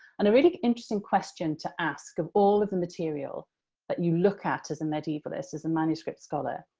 and a really interesting question to ask of all of the material that you look at as a medievalist, as a manuscript scholar,